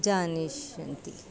जानिष्यन्ति